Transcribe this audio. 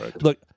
look